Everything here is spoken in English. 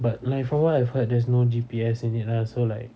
but like from what I've heard there's no G_P_S in it ah so like